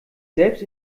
selbst